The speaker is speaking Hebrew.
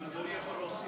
אם אדוני יכול להוסיף אותי.